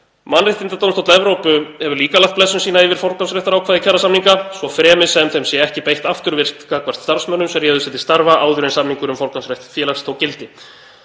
Mannréttindadómstóll Evrópu hefur líka lagt blessun sína yfir forgangsréttarákvæði kjarasamninga svo fremi sem þeim sé ekki beitt afturvirkt gagnvart starfsmönnum sem réðu sig til starfa áður en samningur um forgangsrétt félags tók gildi.